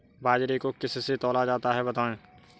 बाजरे को किससे तौला जाता है बताएँ?